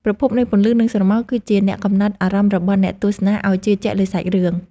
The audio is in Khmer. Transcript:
ប្រភពនៃពន្លឺ និង ស្រមោលគឺជាអ្នកកំណត់អារម្មណ៍របស់អ្នកទស្សនាឱ្យជឿជាក់លើសាច់រឿង។